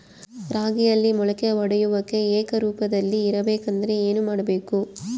ರಾಗಿಯಲ್ಲಿ ಮೊಳಕೆ ಒಡೆಯುವಿಕೆ ಏಕರೂಪದಲ್ಲಿ ಇರಬೇಕೆಂದರೆ ಏನು ಮಾಡಬೇಕು?